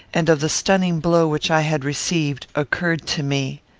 and of the stunning blow which i had received, occurred to me.